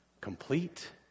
Complete